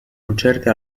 concerti